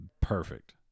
Perfect